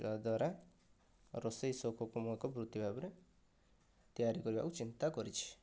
ଯାହାଦ୍ୱାରା ରୋଷେଇ ସଉକକୁ ମୁଁ ଏକ ବୃତ୍ତି ଭାବରେ ତିଆରି କରିବାକୁ ଚିନ୍ତା କରିଛି